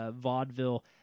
vaudeville